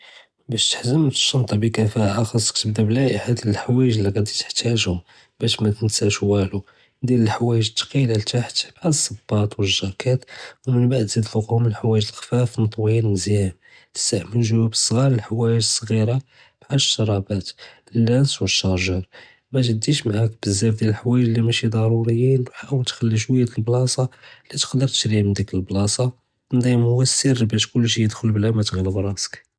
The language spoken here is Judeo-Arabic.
בּאש תְּחַזֵּם אֶלְשַּׁנְטַה בִּכְפַאאֶה חָאסכּ תְּבְּדָא בְּלָאִיחַת אלחְוָايְיגּ לִי גַּאדִי תְּחְתַאגְהֶם, בּאש מָתְּנַסָּאש וָלוּ, דִּיר אלחְוָايְיגּ אלתְּקִילָה לְתַחְתּ בּחַל אֶלְסְּבַּאט וְאֶלג'אקִיט וּמִמבַּעְד זִיד פוּקְּהּוּם אלחְוָايְיגּ אלחְפָאפ מְטּוּיִין מְזִיַאן, נִסתְעְמֶל אֶלְג'יּוּב אֶלְסְּגַּאר לְאלחְוָايְיגּ אֶלְסְּגִּירָה בּחַל אֶלְשְּׁרַאבַּאת וְשַּׁארְגּוּר, מַתְּדִישׁ מְעַאקּ בּזַאף דִיאַל אלחְוָايְיגּ לִי מְשִׁי דָרּוּרִיּין וְחַاوֵּל תְּחַלִּי שְׁוִיָּה דִיַאַל אֶלְבְּלָאסַה לְתַּקְּדֶּר תְּשְׁרִי מִן דִּיקּ אֶלְבְּלָאסַה, אֶלתַּנְظִים הוּوָא אֶלסּِר בַּאש כֻּּלְּשִׁי יְדְחַל בְּלָא מָא תְּעַגְּלֶבּ.